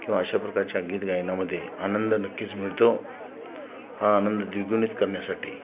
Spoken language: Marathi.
किंवा अशा प्रकारच्या गीतगायनामध्ये आनंद नक्कीच मिळतो हा आनंद द्विगुणित करण्यासाठी